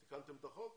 תיקנתם את החוק?